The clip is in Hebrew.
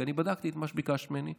כי אני בדקתי את מה שביקשת ממני,